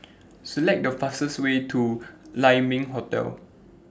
Select The fastest Way to Lai Ming Hotel